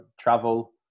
travel